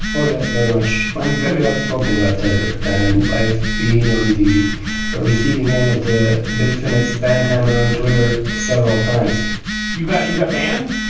yes, very much. i'm very outspoken about tether. and i've been on the receiving end of the bitfenix band hammer on twitter several times you got you got banned?